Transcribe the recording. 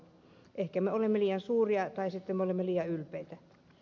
ehkä me olemme liian suuria tai sitten me olemme liian ylpeitä